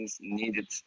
needed